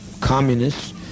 Communists